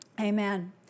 Amen